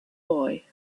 boy